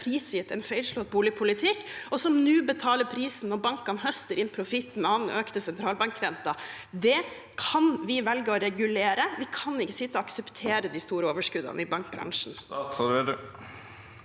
prisgitt en feilslått boligpolitikk, og som nå betaler prisen når bankene høster inn profitten av den økte sentralbankrenten. Det kan vi velge å regulere. Vi kan ikke sitte og akseptere de store overskuddene i bankbransjen.